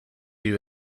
you